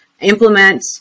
implement